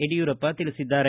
ಯಡಿಯೂರಪ್ಪ ತಿಳಿಸಿದ್ದಾರೆ